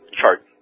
chart